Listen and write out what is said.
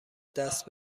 دست